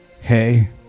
Hey